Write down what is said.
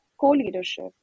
co-leadership